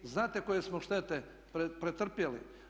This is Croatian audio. Znate koje smo štete pretrpjeli?